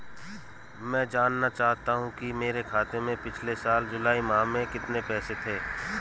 मैं जानना चाहूंगा कि मेरे खाते में पिछले साल जुलाई माह में कितने पैसे थे?